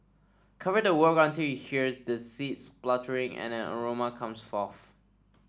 cover the wok until you hear the seeds spluttering and an aroma comes forth